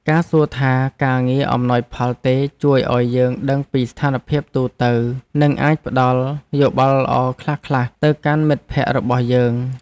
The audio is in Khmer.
ការសួរថាការងារអំណោយផលទេជួយឱ្យយើងដឹងពីស្ថានភាពទូទៅនិងអាចផ្ដល់យោបល់ល្អៗខ្លះទៅកាន់មិត្តភក្តិរបស់យើង។